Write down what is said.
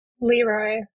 Leroy